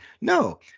No